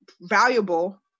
valuable